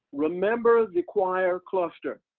remember the choir cluster?